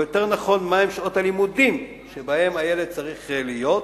או יותר נכון מהן שעות הלימודים שבהן הילד צריך להיות בבית-הספר,